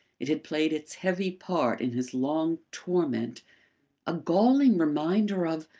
it had played its heavy part in his long torment a galling reminder of